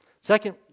Second